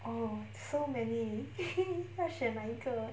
oh so many 要选哪一个